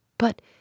But